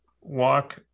walk